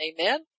Amen